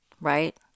right